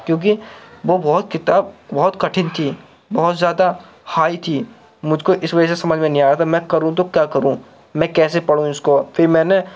کیونکہ وہ بہت کتاب بہت کٹھن تھی بہت زیادہ ہائی تھی مجھ کو اس وجہ سے سمجھ میں نہیں آ رہا تھا میں کروں تو کیا کروں میں کیسے پڑھوں اس کو پھر میں نے